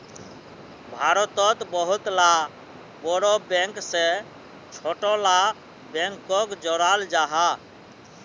भारतोत बहुत ला बोड़ो बैंक से छोटो ला बैंकोक जोड़ाल जाहा